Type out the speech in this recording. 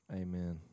amen